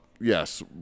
yes